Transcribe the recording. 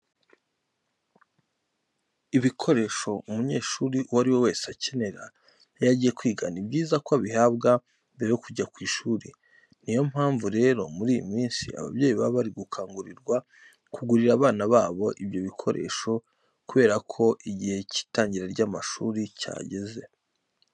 Ibikoresho umunyeshuri uwo ari we wese akenera iyo agiye kwiga, ni byiza ko abihabwa mbere yo kujya ku ishuri. Ni yo mpamvu rero muri iyi minsi ababyeyi bari gukangurirwa kugurira abana babo ibyo bikoresho kubera ko igihe cy'itangira ry'amashuri cyageze.